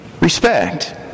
respect